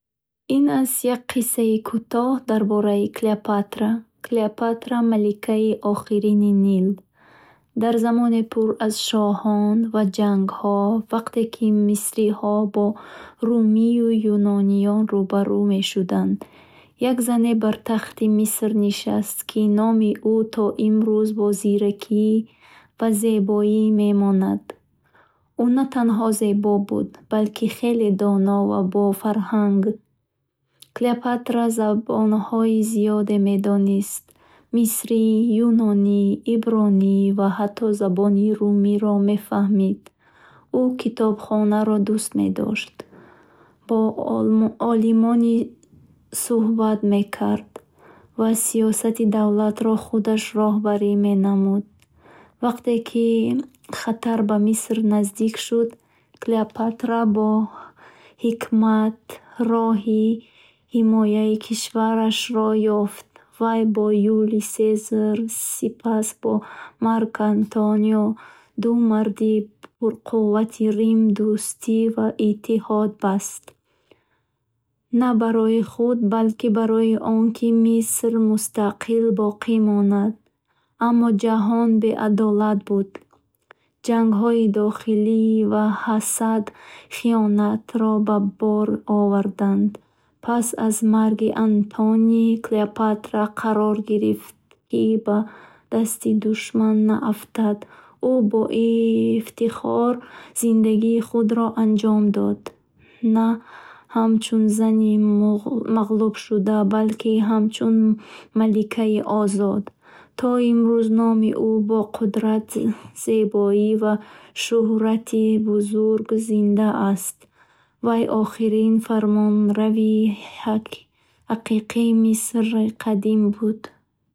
Ин аст як қиссаи кӯтоҳ дар бораи Клеопатра. Клеопатра, маликаи охирини Нил. Дар замоне пур аз шоҳон ва ҷангҳо, вақте ки мисриҳо бо румию юнониён рӯ ба рӯ мешуданд, як зане бар тахти Миср нишаст, ки номи ӯ то имрӯз бо зиракӣ ва зебоӣ мемонад. Ӯ на танҳо зебо буд, балки хеле доно ва бофарҳанг. Клеопатра забонҳои зиёд медонист мисрӣ, юнонӣ, ибронӣ ва ҳатто забони румиро мефаҳмид. Ӯ китобхонаро дӯст медошт, бо олмо- олимони сӯҳбат мекард ва сиёсати давлатро худаш роҳбарӣ менамуд. Вақте ки хатар ба Миср наздик шуд, Клеопатра бо ҳикмат роҳи ҳимояи кишварашро ёфт. Вай бо Юлий Сезар, сипас бо Марк Антониё, ду марди пурқудрати Рим дӯстӣ ва иттиҳод баст. На барои худ, балки барои он ки Миср мустақил боқӣ монад. Аммо ҷаҳон беадолат буд. Ҷангҳои дохилӣ ва ҳасад хиёнатро ба бор оварданд. Пас аз марги Антоний, Клеопатра қарор гирифт, ки ба дасти душман наафтад. Ӯ бо ииифтихор зиндагии худро анҷом дод на ҳамчун зани мағлубшуда, балки ҳамчун маликаи озод. То имрӯз номи ӯ бо қудрат, зебоӣ ва шӯҳрати бузург зинда аст. Вай охирин фармонрави ҳақиқии Мисри қадим буд.